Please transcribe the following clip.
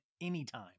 anytime